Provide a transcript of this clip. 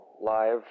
live